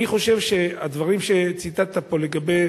אני חושב שהדברים שציטטת פה לגבי